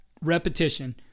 repetition